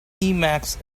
emacs